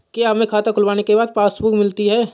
क्या हमें खाता खुलवाने के बाद पासबुक मिलती है?